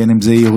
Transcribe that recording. בין של יהודים,